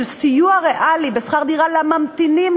של סיוע ריאלי לשכר דירה לממתינים,